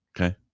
Okay